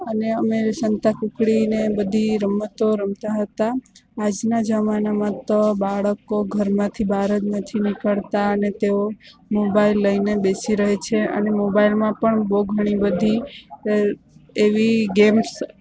અને અમે સંતાકૂકડી ને બધી રમતો રમતા હતા આજના જમાનામાં તો બાળકો ઘરમાંથી બહાર જ નથી નીકળતાં અને તેઓ મોબાઈલ લઈને બેસી રહે છે અને મોબાઈલમાં પણ બહુ ઘણી બધી અ એવી ગેમ્સ